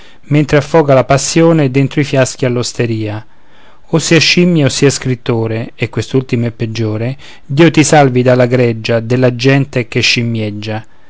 mentre affoga la passione dentro i fiaschi all'osteria o sia scimmia o sia scrittore e quest'ultimo è peggiore dio ti salvi dalla greggia della gente che scimmie gia